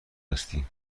هستی